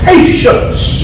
Patience